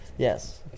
Yes